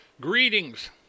Greetings